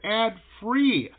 ad-free